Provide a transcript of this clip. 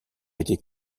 été